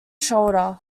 shoulder